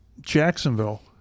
Jacksonville